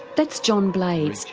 that's john blades,